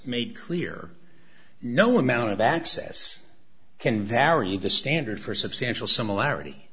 made clear no amount of access can vary the standard for substantial similarity